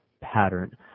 pattern